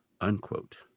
unquote